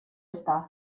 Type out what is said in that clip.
estar